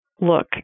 look